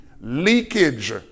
Leakage